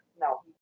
No